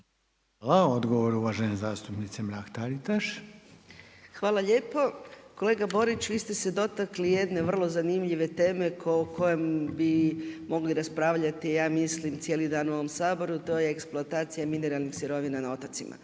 Hvala. Odgovor uvažene zastupnice Mrak-Taritaš. **Mrak-Taritaš, Anka (GLAS)** Hvala lijepo. Kolega Borić, vi ste se dotakli jedne vrlo zanimljive teme o kojoj bi mogli raspravljati cijeli dan u ovom Saboru, to je eksploatacija mineralnih sirovina na otocima.